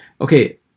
Okay